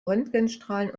röntgenstrahlen